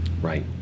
Right